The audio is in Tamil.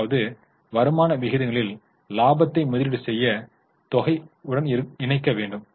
அதாவது வருமான விகிதங்களில் லாபத்தை முதலீடு செய்த தொகை உடன் இணைக்க வேண்டும்